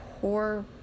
poor